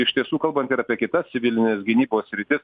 iš tiesų kalbant ir apie kitas civilinės gynybos sritis